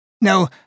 No